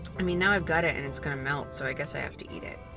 i mean, now i've got it, and it's going to melt. so i guess i have to eat it.